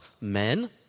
men